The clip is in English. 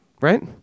Right